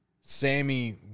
Sammy